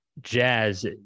jazz